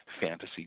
fantasy